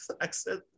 accent